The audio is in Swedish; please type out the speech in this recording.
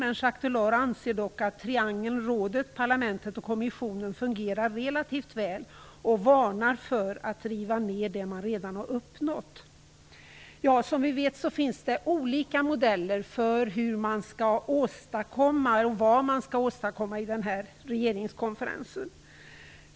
Jacques Delors anser dock att triangeln rådet, parlamentet och kommissionen fungerar relativt väl och varnar för att riva ned det man redan har uppnått. Som vi vet finns det olika modeller för vad man skall åstadkomma i regeringskonferensen.